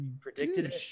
predicted